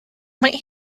might